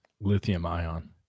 Lithium-ion